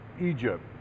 egypt